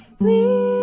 please